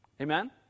Amen